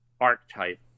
archetype